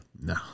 No